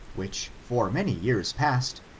which, for many years past,